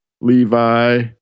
Levi